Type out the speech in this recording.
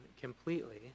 completely